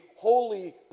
holy